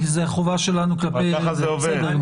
זו חובה שלנו כלפי --- ככה זה עובד.